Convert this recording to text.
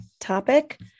topic